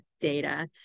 data